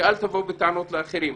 ואל תבוא בטענות לאחרים.